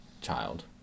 child